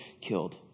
killed